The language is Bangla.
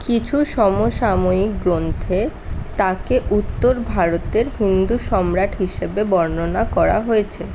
কিছু সমসাময়িক গ্রন্থে তাঁকে উত্তর ভারতের হিন্দু সম্রাট হিসেবে বর্ণনা করা হয়েছে